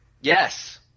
yes